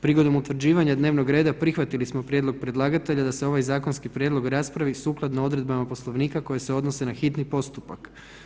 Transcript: Prigodom utvrđivanja dnevnog reda prihvatili smo prijedlog predlagatelja da se ovaj zakonski prijedlog raspravi sukladno odredbama Poslovnika koje se odnose na hitni postupak.